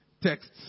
texts